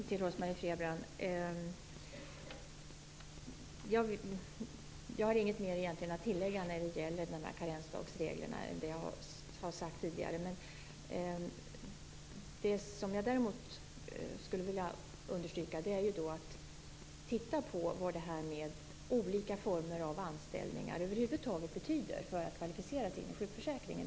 Herr talman! Jag har egentligen inget att tillägga till det som jag tidigare har sagt om karensdagsreglerna. Det som jag däremot skulle vilja understryka är vikten av att titta på vad olika former av anställningar över huvud taget betyder för kvalifikation inom sjukförsäkringen.